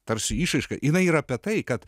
tarsi išraiška yra apie tai kad